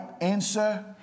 answer